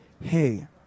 hey